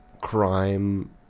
crime